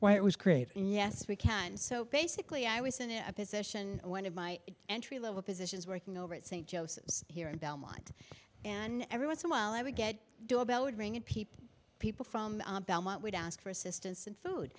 why it was created and yes we can so basically i was in a position one of my entry level positions working over at saint joseph here in belmont and every once in while i would get do about would bring in people people from belmont would ask for assistance and food